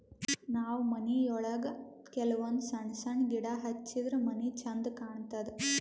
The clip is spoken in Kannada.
ನಾವ್ ಮನಿಯೊಳಗ ಕೆಲವಂದ್ ಸಣ್ಣ ಸಣ್ಣ ಗಿಡ ಹಚ್ಚಿದ್ರ ಮನಿ ಛಂದ್ ಕಾಣತದ್